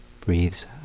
breathes